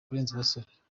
abasore